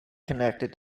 connected